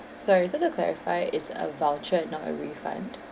sorry so to clarify it's a voucher and not a refund